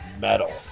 metal